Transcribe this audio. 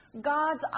God's